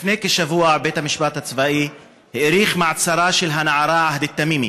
לפני כשבוע בית המשפט הצבאי האריך את מעצרה של הנערה עהד תמימי,